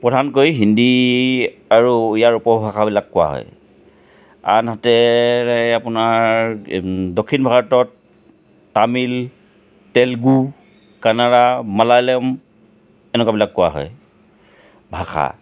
প্ৰধানকৈ হিন্দী আৰু ইয়াৰ উপভাষাবিলাক কোৱা হয় আনহাতে আপোনাৰ দক্ষিণ ভাৰতত তামিল তেলেগু কানাড়া মালায়ালম এনেকুৱাবিলাক কোৱা হয় ভাষা